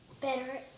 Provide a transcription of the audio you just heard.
better